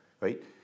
right